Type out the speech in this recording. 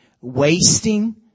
Wasting